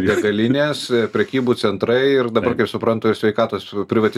degalinės prekybų centrai ir dabar kaip suprantu ir sveikatos privati